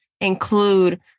include